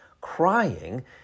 crying